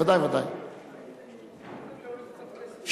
ועם ההסתייגות שנתקבלה, נתקבל.